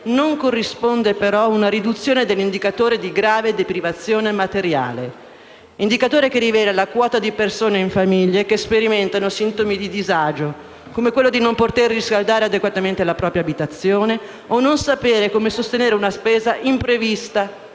non corrisponde però una riduzione dell'indicatore di grave deprivazione materiale? Tale indicatore rileva la quota di persone in famiglie che sperimentano sintomi di disagio, come quello di non potere riscaldare adeguatamente la propria abitazione o non sapere come sostenere una spesa imprevista